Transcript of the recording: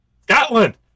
Scotland